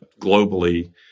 globally